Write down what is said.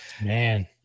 man